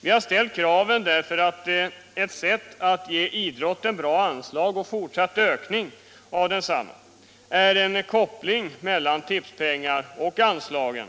Vi har ställt kraven därför att ett sätt att ge idrotten bra anslag och fortsatt ökning av desamma är en koppling mellan tipspengar och anslag,